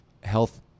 health